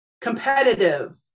competitive